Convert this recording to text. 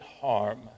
harm